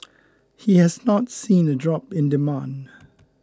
he has not seen a drop in demand